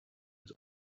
was